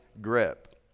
grip